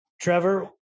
Trevor